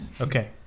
Okay